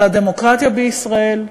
על הדמוקרטיה בישראל,